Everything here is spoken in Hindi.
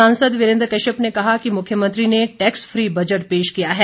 सांसद वीरेन्द्र कश्यप ने कहा कि मुख्यमंत्री ने टैक्स फ्री बजट पेश किया है